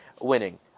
winning